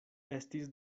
estis